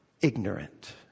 ignorant